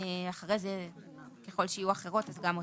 אחרי זה ככל שיהיו אחרות אז גם אותן.